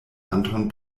anton